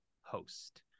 host